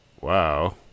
wow